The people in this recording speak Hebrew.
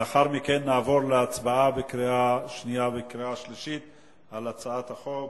לאחר מכן נעבור להצבעה בקריאה שנייה ובקריאה שלישית על הצעת החוק,